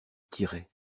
tiraient